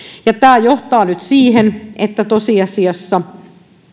tämä johtaa nyt siihen että tosiasiassa